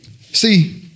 See